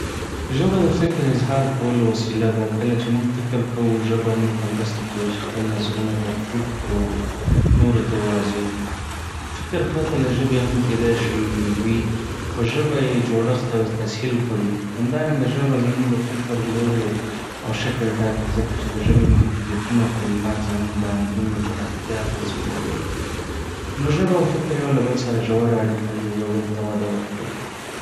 ژبه د فکر اظهار کولو وسیله ده. کله چې موږ فکر کوو، ژبه موږ ته مرسته کوي چې خپل نظرونه ترتیب کړو او نورو ته یې واضح کړو. فکر پرته له ژبې هم کیدای شي وي، خو ژبه یې جوړښت او تسهیل کوي. همدارنګه، ژبه زموږ د فکر لوری او شکل ټاکي، ځکه چې د ژبې محدودیتونه او کلمات زموږ د اندونو پراختیا اغېزمنوي. نو ژبه او فکر یو له بل سره ژوره اړیکه لري او یو بل ته وده ورکوي.